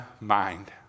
mind